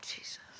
Jesus